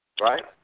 right